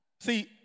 See